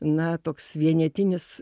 na toks vienetinis